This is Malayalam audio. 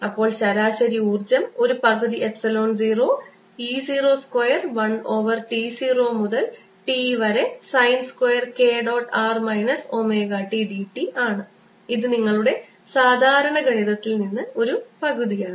അപ്പോൾ ശരാശരി ഊർജ്ജം ഒരു പകുതി epsilon 0 E 0 square 1 over T 0 മുതൽ T വരെ sine square k dot r minus omega t d t ആണ് ഇത് നിങ്ങളുടെ സാധാരണ ഗണിതത്തിൽ നിന്ന് ഒരു പകുതിയാണ്